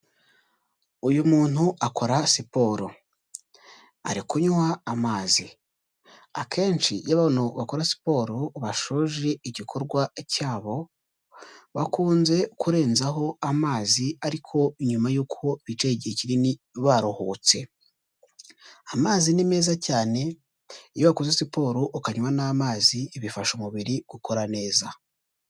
Uyu muntu akora siporo, ari kunywa amazi, akenshi iyo abantu bakora siporo bashoje igikorwa cyabo, bakunze kurenzaho amazi ariko nyuma y'uko bicaye igihe kinini baruhutse. Amazi ni meza cyane, iyo wakoze siporo ukanywa n'amazi bifasha umubiri gukora neza.